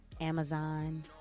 Amazon